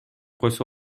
койсо